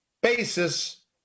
basis